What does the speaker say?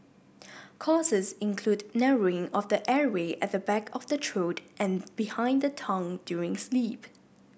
causes include narrowing of the airway at the back of the throat and behind the tongue during sleep